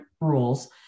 rules